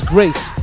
Grace